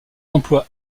d’emploi